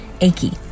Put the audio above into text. achy